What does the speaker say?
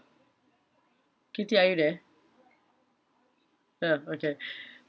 katie are you there ya okay